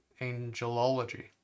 Angelology